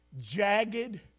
Jagged